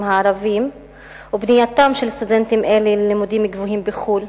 הערבים ופנייתם של סטודנטים אלה ללימודים גבוהים בחו"ל,